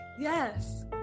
Yes